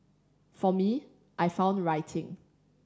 for me I found writing